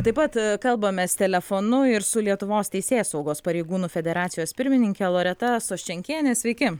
taip pat kalbamės telefonu ir su lietuvos teisėsaugos pareigūnų federacijos pirmininke loreta soščenkiene sveiki